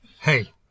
Hey